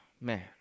Man